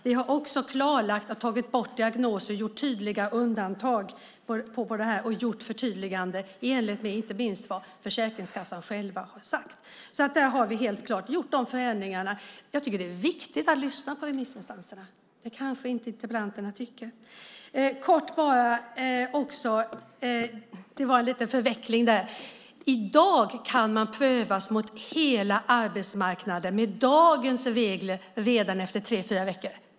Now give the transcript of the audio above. Vi har klarlagt en del, tagit bort diagnoser och gjort tydliga undantag och förtydliganden, inte minst i enlighet med vad man har sagt från Försäkringskassan. Jag tycker att det är viktigt att lyssna på remissinstanserna. Det kanske inte interpellanterna tycker. Jag vill kort också rätta till ett litet missförstånd. I dag, med dagens regler, kan man prövas mot hela arbetsmarknaden redan efter tre fyra veckor.